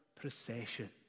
procession